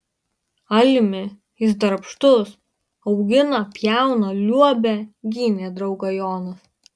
almi jis darbštus augina pjauna liuobia gynė draugą jonas